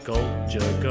Culture